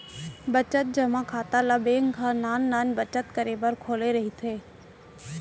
बचत जमा खाता ल बेंक ह नान नान बचत करे बर खोले रहिथे